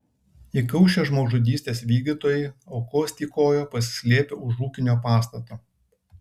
įkaušę žmogžudystės vykdytojai aukos tykojo pasislėpę už ūkinio pastato